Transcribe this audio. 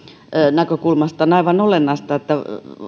näkökulmasta on aivan olennaista että